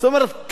זאת אומרת,